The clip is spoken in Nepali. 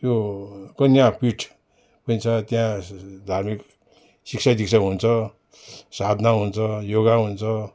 त्यो कन्यापीठ पनि छ त्यहाँ धार्मिक शिक्षा दीक्षा हुन्छ साधना हुन्छ र योगा हुन्छ